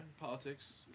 politics